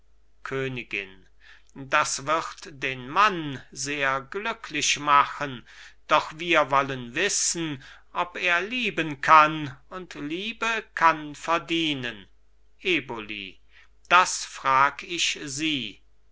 königin das wird den mann sehr glücklich machen doch wir wollen wissen ob er lieben kann und liebe kann verdienen eboli das frag ich sie